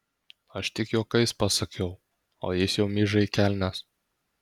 aš tik juokais pasakiau o jis jau myža į kelnes